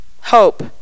Hope